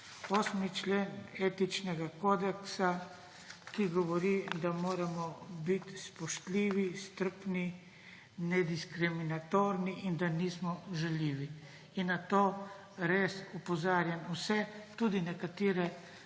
8. člen etičnega kodeksa, ki govori, da moramo biti spoštljivi, strpni, nediskriminatorni in da nismo žaljivi. In na to res opozarjam vse, tudi nekatere